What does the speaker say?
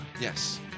Yes